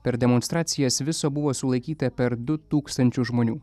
per demonstracijas viso buvo sulaikyta per du tūkstančius žmonių